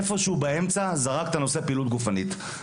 איפשהו באמצע זרקת את נושא הפעילות הגופנית.